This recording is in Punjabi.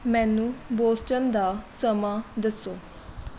ਮੈਨੂੰ ਬੌਸਟਨ ਦਾ ਸਮਾਂ ਦੱਸੋ